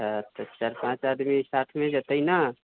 तऽ चारि पाँच आदमी साथमे जेतै ने